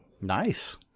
Nice